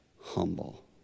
humble